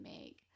make